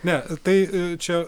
ne tai čia